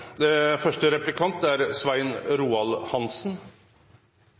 det første er